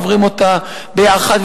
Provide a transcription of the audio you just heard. עוברים אותה ביחד.